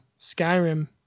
skyrim